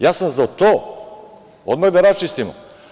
Ja sam za to, odmah da raščistimo.